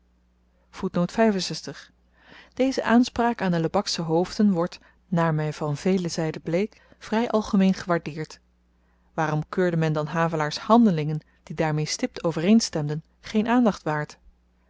deze aanspraak aan de lebaksche hoofden wordt naar my van vele zyden bleek vry algemeen gewaardeerd waarom keurde men dan havelaar's handelingen die daarmee stipt overeenstemden geen aandacht waard